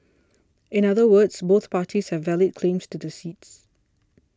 in other words both parties have valid claims to the seats